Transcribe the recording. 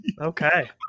Okay